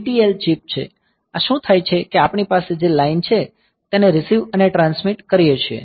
ત્યાં શું થાય છે કે આપણી પાસે જે લાઇન છે તેને રીસીવ અને ટ્રાન્સમીટ કરીએ છીએ